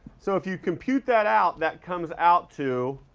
so if you compute that out, that comes out to